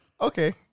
Okay